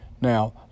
now